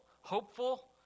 Hopeful